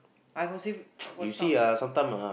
I got say what kind of say